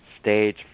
stage